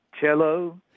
Cello